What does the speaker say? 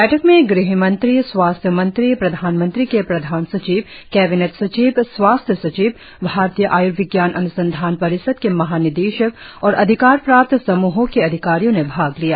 बैठक में ग़हमंत्री स्वास्थ्य मंत्री प्रधानमंत्री के प्रधान सचिव कैबिनेट सचिव स्वास्थ्य सचिव भारतीय आय्र्विज्ञान अन्संधान परिषद के महानिदेशक और अधिकार प्राप्त समूहों के अधिकारियों ने भाग लिया